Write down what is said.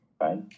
right